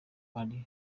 ari